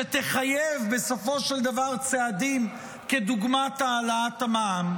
שתחייב בסופו של דבר צעדים כדוגמת העלאת המע"מ,